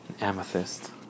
Amethyst